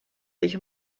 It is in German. sich